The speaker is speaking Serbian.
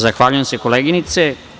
Zahvaljujem se, koleginice.